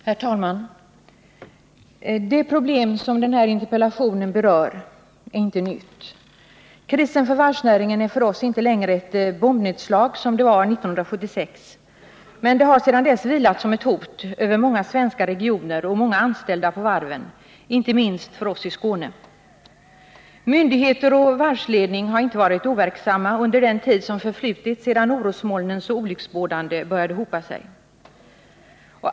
Herr talman! Det problem som den här interpellationen berör är inte nytt. Krisen för varvsnäringen är för oss inte längre ett bombnedslag, som den var 1976, men den har sedan dess vilat som ett hot över många svenska regioner och många anställda på varven, inte minst över oss i Skåne. Myndigheter och varvsledning har inte varit overksamma under den tid som förflutit sedan orosmolnen så olycksbådande började hopa sig.